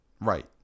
Right